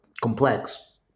complex